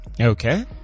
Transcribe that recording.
Okay